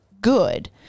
good